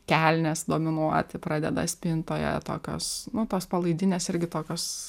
kelnės dominuoti pradeda spintoje tokios nu tos palaidinės irgi tokios